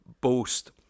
boast